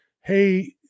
Hey